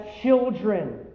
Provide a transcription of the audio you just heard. children